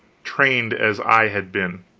trained as i had been.